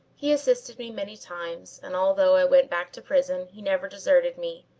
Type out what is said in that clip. he assisted me many times, and although i went back to prison, he never deserted me,